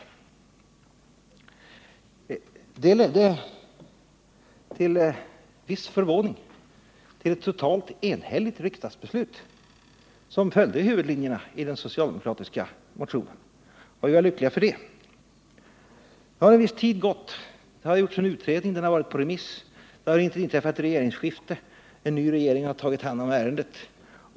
Detta ledde — till viss förvåning-— till ett totalt enhälligt riksdagsbeslut som följde huvudlinjerna i den socialdemokratiska motionen, och vi var lyckliga för det. Nu har en viss tid gått. Det har gjorts en utredning, och den har varit på remiss. Det inträffade ett regeringsskifte, och en ny regering har tagit hand om ärendet.